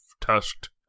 tusked